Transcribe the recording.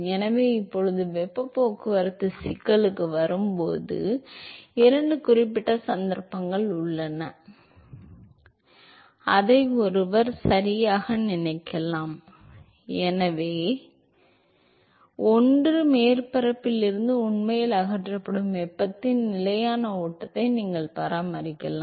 எனவே இப்போது வெப்பப் போக்குவரத்துச் சிக்கலுக்கு வரும்போது இரண்டு குறிப்பிட்ட சந்தர்ப்பங்கள் உள்ளன அதை ஒருவர் சரியாக நினைக்கலாம் எனவே ஒன்று மேற்பரப்பில் இருந்து உண்மையில் அகற்றப்படும் வெப்பத்தின் நிலையான ஓட்டத்தை நீங்கள் பராமரிக்கலாம்